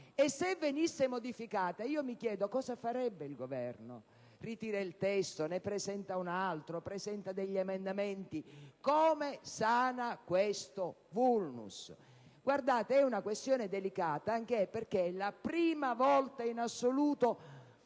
venisse modificata, mi chiedo che cosa farebbe. Il Governo: ritira il testo? Ne presenta un altro, o presenta emendamenti? Come sana questo *vulnus*? Si tratta di una questione delicata, anche perché è la prima volta in assoluto